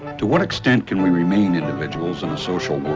to what extent can we remain individuals in a social world?